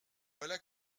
voilà